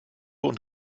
und